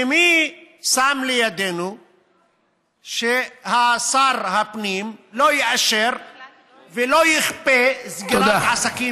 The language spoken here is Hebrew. ומי שם לידינו ששר הפנים לא יאשר ולא יכפה סגירת עסקים,